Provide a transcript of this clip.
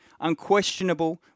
unquestionable